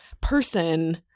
person